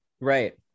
Right